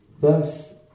Thus